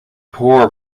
poor